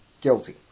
guilty